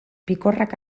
pikorrak